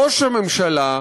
ראש הממשלה,